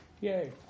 Yay